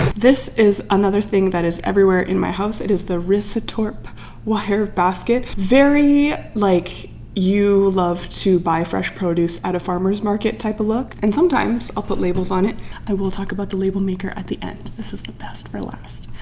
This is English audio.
this is another thing that is everywhere in my house it is the risatorp wire basket, very like you love to buy fresh produce at a farmers market type of look and sometimes i'll put labels on it i will talk about the label maker at the end. this is the best for last.